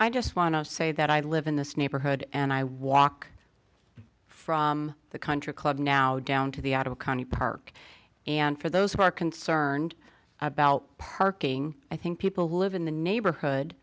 i just want to say that i live in this neighborhood and i walk from the country club now down to the out of county park and for those who are concerned about parking i think people who live in the neighborhood